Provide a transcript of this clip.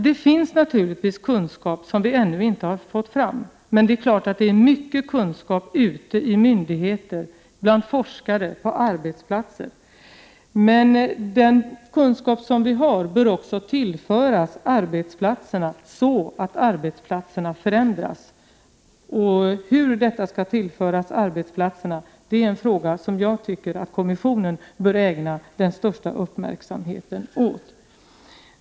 Det finns naturligtvis kunskap som vi ännu inte har fått fram, men det är klart att det finns mycket kunskap ute hos myndigheter, bland forskare och på arbetsplatser. Men den kunskap som vi har bör också tillföras arbetsplatserna, så att arbetsplatserna förändras. Hur dessa kunskaper skall tillföras arbetsplatserna är en fråga som jag tycker att kommissionen bör ägna den största uppmärksamheten åt.